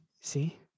See